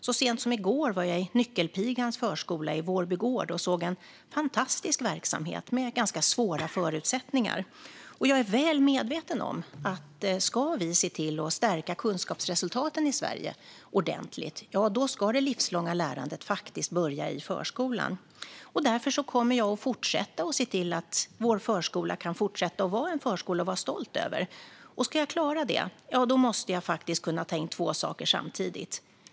Så sent som i går var jag i Nyckelpigans förskola i Vårby gård och såg en fantastisk verksamhet med ganska svåra förutsättningar. Jag är väl medveten om att ska vi se till att stärka kunskapsresultaten i Sverige ordentligt ska det livslånga lärandet börja i förskolan. Därför kommer jag att se till att vår förskola kan fortsätta att vara en förskola att vara stolt över. Ska jag klara det måste jag kunna ta in två saker samtidigt.